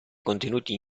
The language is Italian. contenuti